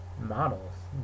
models